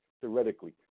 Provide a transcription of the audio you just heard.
theoretically